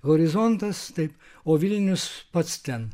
horizontas taip o vilnius pats ten